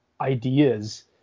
ideas